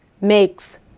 makes